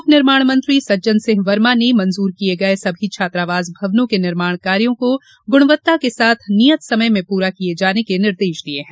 लोक निर्माण मंत्री सज्जन सिंह वर्मा ने मंजूर किये गये सभी छात्रावास भवनों के निर्माण कार्यों को गुणवत्ता के साथ नियत समय में पूरा किये जाने के निर्देश दिये हैं